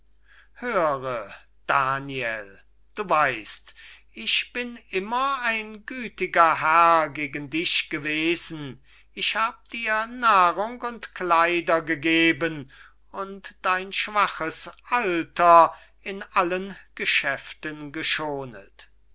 höre daniel du weist ich bin immer ein gütiger herr gegen dich gewesen ich hab dir nahrung und kleider gegeben und dein schwaches alter in allen geschäften geschonet